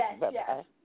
yes